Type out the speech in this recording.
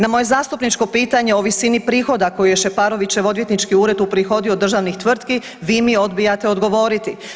Na moje zastupničko pitanje o visini prihoda koji je Šeparovićev odvjetnički ured uprihodio od državnih tvrtki vi mi odbijate odgovoriti.